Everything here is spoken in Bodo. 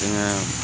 जोङो